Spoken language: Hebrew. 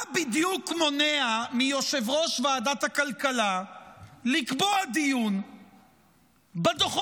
מה בדיוק מונע מיושב-ראש ועדת הכלכלה לקבוע דיון בדוחות